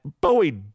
bowie